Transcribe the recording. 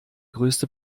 größte